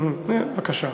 בבקשה.